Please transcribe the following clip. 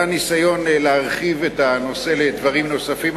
היה ניסיון להרחיב את הנושא לדברים נוספים,